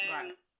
Right